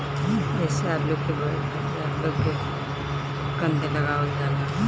जइसे आलू के बोए खातिर आलू के कंद लगावल जाला